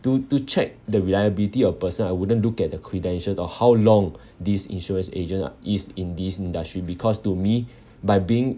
to to check the reliability of person I would look at the credentials or how long this insurance agent are is in this industry because to me by being